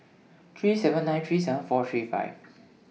three seven nine three seven four three five